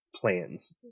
plans